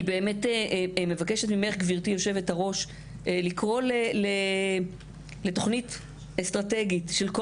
אני מבקשת ממך גברתי יושבת הראש לקרוא לתוכנית אסטרטגית של כל